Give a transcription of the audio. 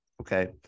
okay